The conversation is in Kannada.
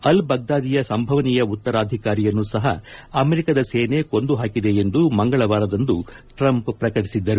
ಅಲ್ ಬಗ್ದಾದಿಯ ಸಂಭವನೀಯ ಉತ್ತರಾಧಿಕಾರಿಯನ್ನು ಸಹ ಅಮೆರಿಕದ ಸೇನೆ ಕೊಂದು ಹಾಕಿದೆ ಎಂದು ಮಂಗಳವಾರದಂದು ಟ್ರಂಪ್ ಪ್ರಕಟಿಸಿದ್ದರು